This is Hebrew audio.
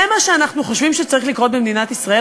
זה מה שאנחנו חושבים שצריך לקרות במדינת ישראל?